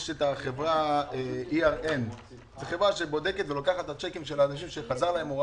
יש את חברת ERN. זו חברה שבודקת ולוקחת את הצ'קים של אנשים שחזרו להם,